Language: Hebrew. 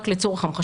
רק לצורך המחשה,